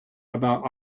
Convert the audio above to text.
about